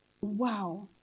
Wow